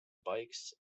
bikes